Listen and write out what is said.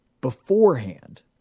beforehand